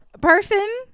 person